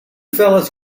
fellows